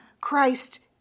Christ